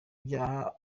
ibyaha